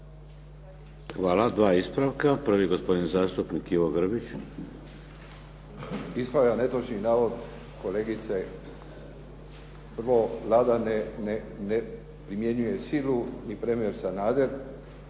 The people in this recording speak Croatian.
Hvala. Dva ispravka. Prvi gospodin zastupnik Ivo Grbić. **Grbić, Ivo (HDZ)** Ispravljam netočni navod kolegice. Prvo, Vlada ne primjenjuje silu ni premijer Sanader.